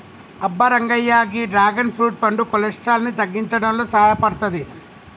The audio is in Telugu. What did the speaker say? అబ్బ రంగయ్య గీ డ్రాగన్ ఫ్రూట్ పండు కొలెస్ట్రాల్ ని తగ్గించడంలో సాయపడతాది